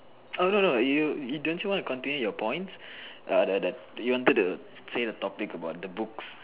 oh no no no you you don't you want to continue your points ah the the you wanted to say the topics about the books